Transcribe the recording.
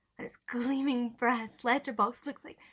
and its gleaming brass letterbox looks like